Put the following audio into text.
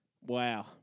Wow